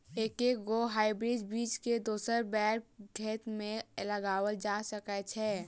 एके गो हाइब्रिड बीज केँ दोसर बेर खेत मे लगैल जा सकय छै?